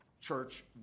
church